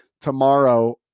Tomorrow